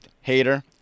Hater